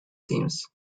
teams